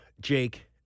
Jake